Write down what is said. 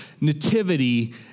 nativity